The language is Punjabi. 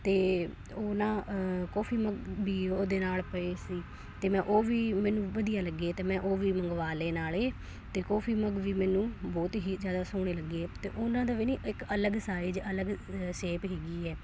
ਅਤੇ ਉਹ ਨਾ ਕੋਫੀ ਵੀ ਉਹਦੇ ਨਾਲ ਪਏ ਸੀ ਅਤੇ ਮੈਂ ਉਹ ਵੀ ਮੈਨੂੰ ਵਧੀਆ ਲੱਗਿਆ ਅਤੇ ਮੈਂ ਉਹ ਵੀ ਮੰਗਵਾ ਲਏ ਨਾਲ ਅਤੇ ਕੋਫੀ ਮਗ ਵੀ ਮੈਨੂੰ ਬਹੁਤ ਹੀ ਜ਼ਿਆਦਾ ਸੋਹਣੇ ਲੱਗੇ ਅਤੇ ਉਹਨਾਂ ਦਾ ਵੀ ਨਹੀਂ ਇੱਕ ਅਲੱਗ ਸਾਈਜ਼ ਅਲੱਗ ਸ਼ੇਪ ਹੈਗੀ ਹੈ